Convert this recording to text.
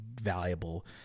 valuable